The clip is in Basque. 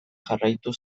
jarraitu